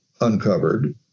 uncovered